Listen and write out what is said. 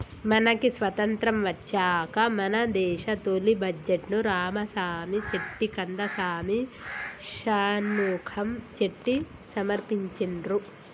మనకి స్వతంత్రం వచ్చాక మన దేశ తొలి బడ్జెట్ను రామసామి చెట్టి కందసామి షణ్ముఖం చెట్టి సమర్పించిండ్రు